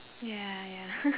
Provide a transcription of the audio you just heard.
ya ya